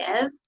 give